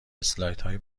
اسلایدهای